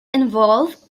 involve